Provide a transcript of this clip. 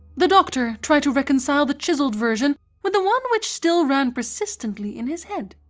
the doctor tried to reconcile the chiselled version with the one which still ran persistently in his head,